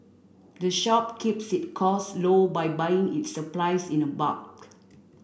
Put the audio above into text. the shop keeps its costs low by buying its supplies in bulk